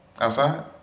Outside